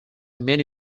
many